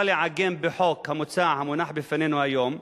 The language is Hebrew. לעגן בחוק המוצע המונח בפנינו היום,